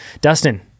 Dustin